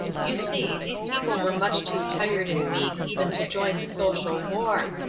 you see, these people were much too tired and weak even to join the social war.